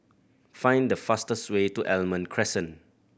find the fastest way to Almond Crescent